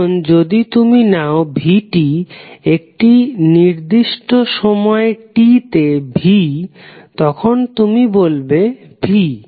এবং যদি তুমি নাও vt একটি নির্দিষ্ট সময় t তে v তখন তুমি বলবে v